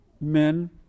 men